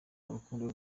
urukundo